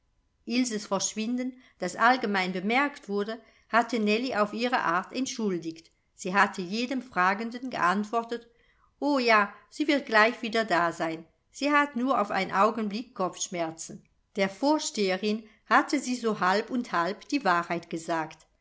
ilses verschwinden das allgemein bemerkt wurde hatte nellie auf ihre art entschuldigt sie hatte jedem fragenden geantwortet o ja sie wird gleich wieder da sein sie hat nur auf ein augenblick kopfschmerzen der vorsteherin hatte sie so halb und halb die wahrheit gesagt